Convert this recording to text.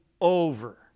over